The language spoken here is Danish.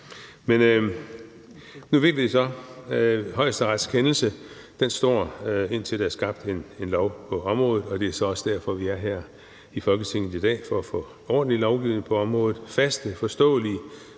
Men nu fik vi så Højesterets kendelse, og den står, indtil der er skabt en lov på området, og det er så også derfor, at vi er her i Folketinget i dag, nemlig for at få ordentlig lovgivning på området – faste, forståelige,